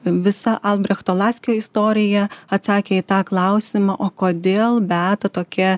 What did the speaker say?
visa albrechto laskio istorija atsakė į tą klausimą o kodėl beata tokia